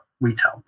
retail